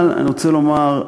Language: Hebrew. אבל אני רוצה לומר,